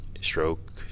stroke